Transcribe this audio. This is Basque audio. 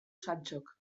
santxok